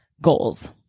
goals